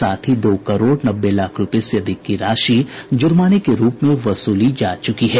साथ ही दो करोड़ नब्बे लाख रुपये से अधिक की राशि जुर्माने के रूप में वसूली जा चुकी है